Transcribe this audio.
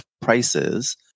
prices